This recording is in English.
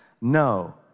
No